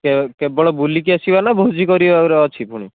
କେବଳ ବୁଲିକି ଆସିବାନା ଭୋଜି କରିବାର ଅଛି ପୁଣି